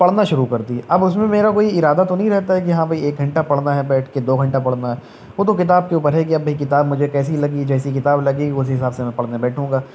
پڑھنا شروع کر دی اب اس میں میرا کوئی ارادہ تو نہیں رہتا ہے کہ ہاں بھائی ایک گھنٹہ پڑھنا ہے بیٹھ کے دو گھنٹہ پڑھنا ہے وہ تو کتاب کے اوپر ہے کہ اب بھائی کتاب مجھے کیسی لگی جیسی کتاب لگی اسی حساب سے میں پڑھنے بیٹھوں گا